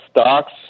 stocks